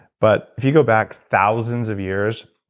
but if you go back thousands of years,